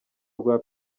rwa